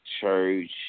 church